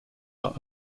are